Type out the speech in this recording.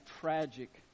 tragic